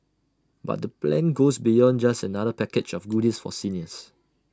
but the plan goes beyond just another package of goodies for seniors